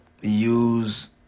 use